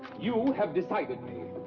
you have decided me!